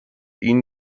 ihnen